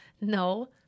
No